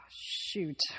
shoot